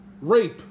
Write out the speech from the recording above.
Rape